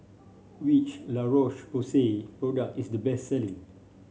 which La Roche Porsay product is the best selling